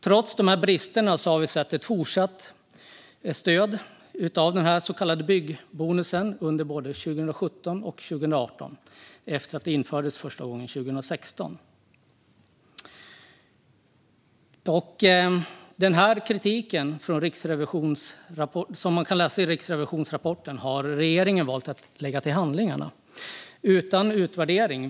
Trots dessa brister har vi sett ett fortsatt stöd, den så kallade byggbonusen, under både 2017 och 2018 efter att stödet infördes 2016. Trots kritiken har regeringen valt att lägga Riksrevisionens rapport till handlingarna utan utvärdering.